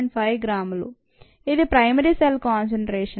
5 గ్రాములు ఇది primary cell concentration